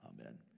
Amen